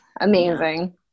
amazing